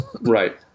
Right